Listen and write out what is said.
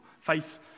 Faith